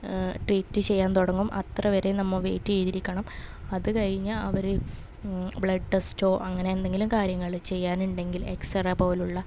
treat ചെയ്യാൻ തുടങ്ങും അത്ര വരെ നമ്മൾ വെയ്റ്റ് ചെയ്തിരിക്കണം അത് കഴിഞ്ഞാൽ അവർ ബ്ലെഡ് ടെസ്റ്റോ അങ്ങനെന്തെങ്കിലും കാര്യങ്ങൾ ചെയ്യാനിണ്ടെങ്കിൽ എക്സറ പോലുള്ള